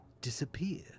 disappear